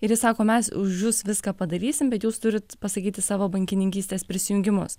ir jis sako mes už jus viską padarysim bet jūs turit pasakyti savo bankininkystės prisijungimus